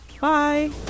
Bye